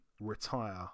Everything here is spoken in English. retire